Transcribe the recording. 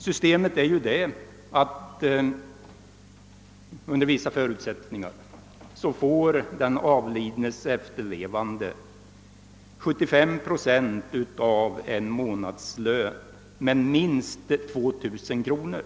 Systemet är ju det, att den avlidnes efterlevande under vissa förutsättningar får 75 procent av en månadslön men minst 2000 kronor.